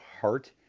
heart